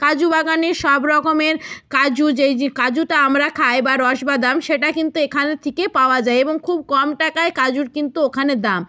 কাজু বাগানে সব রকমের কাজু যেই যে কাজুটা আমরা খাই বা রস বাদাম সেটা কিন্তু এখানে থেকে পাওয়া যায় এবং খুব কম টাকায় কাজুর কিন্তু ওখানে দাম